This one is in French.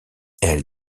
elle